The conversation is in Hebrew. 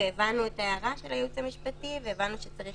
הבנו את ההערה של הייעוץ המשפטי, והבנו שצריך